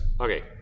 Okay